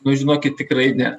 nu žinokit tikrai ne